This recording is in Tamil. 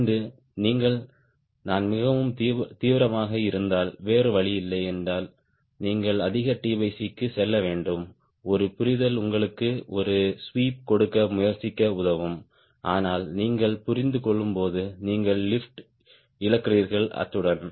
ஒன்று நீங்கள் நான் மிகவும் தீவிரமாக இருந்தால் வேறு வழியில்லை என்றால் நீங்கள் அதிக க்கு செல்ல வேண்டும் ஒரு புரிதல் உங்களுக்கு ஒரு ஸ்வீப் கொடுக்க முயற்சிக்க உதவும் ஆனால் நீங்கள் புரிந்து கொள்ளும்போது நீங்கள் லிப்ட் இழக்கிறீர்கள் அத்துடன்